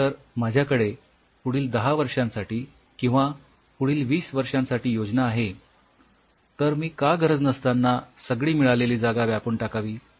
जर माझ्याकडे पुढील १० वर्षांसाठी किंवा पुढील २० वर्षांसाठी योजना आहे तर मी का गरज नसतांना सगळी मिळालेली जागा व्यापून टाकावी